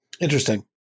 Interesting